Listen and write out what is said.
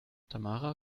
tamara